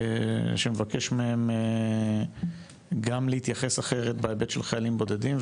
שמבקש מהם גם להתייחס אחרת בהיבט של חיילים בודדים,